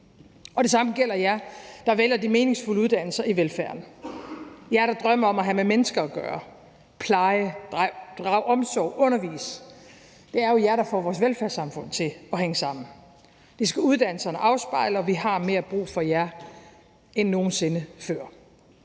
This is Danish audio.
dag. Det samme gælder jer, der vælger de meningsfulde uddannelser i velfærden. Det gælder jer, der drømmer om at have med mennesker at gøre, altså at pleje, drage omsorg og undervise. Det er jo jer, der får vores velfærdssamfund til at hænge sammen. Det skal uddannelserne afspejle, og vi har mere brug for jer end nogen sinde før.